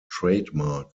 trademark